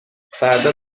فردا